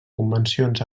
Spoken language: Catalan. convencions